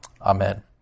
Amen